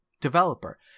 developer